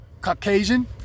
Caucasian